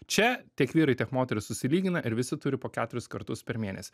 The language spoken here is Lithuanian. čia tiek vyrai tiek moterys susilygina ir visi turi po keturis kartus per mėnesį